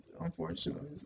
unfortunately